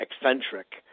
eccentric